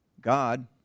God